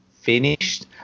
finished